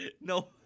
No